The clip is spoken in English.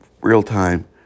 real-time